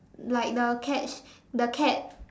like the cats the cat